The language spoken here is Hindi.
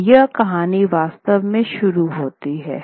और यहाँ कहानी वास्तव में शुरू होती है